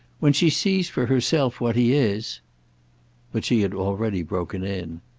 when she sees for herself what he is but she had already broken in.